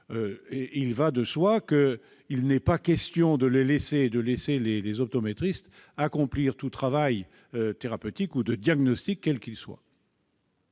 Il va de soi qu'il n'est pas question de laisser les optométristes accomplir quelque travail thérapeutique ou de diagnostic que ce soit.